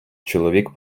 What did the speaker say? чоловік